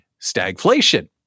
Stagflation